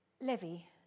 Levy